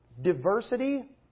diversity